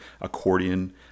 Accordion